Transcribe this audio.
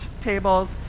tables